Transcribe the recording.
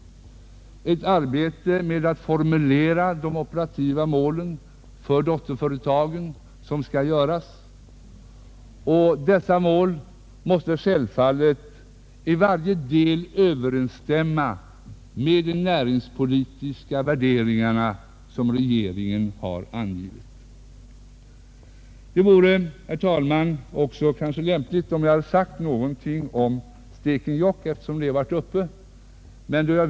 Vi måste formulera de operativa målen för dotterföretagen. Dessa mål skall självfallet i varje del överensstämma med de näringspolitiska värderingar som regeringen har angivit. Det hade, herr talman, kanske också varit lämpligt att säga något om Stekenjokk, eftersom den frågan varit uppe i debatten.